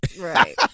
right